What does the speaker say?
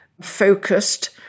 focused